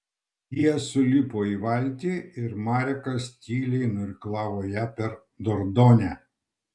jie sulipo į valtį ir marekas tyliai nuirklavo ją per dordonę